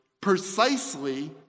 precisely